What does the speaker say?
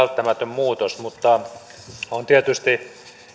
välttämätön muutos mutta on tietysti